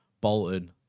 Bolton